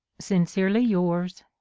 sincerely yours,